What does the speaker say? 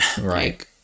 Right